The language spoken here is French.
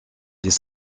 les